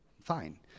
Fine